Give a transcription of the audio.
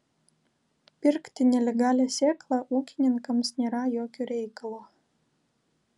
pirkti nelegalią sėklą ūkininkams nėra jokio reikalo